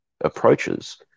approaches